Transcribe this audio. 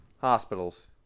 hospitals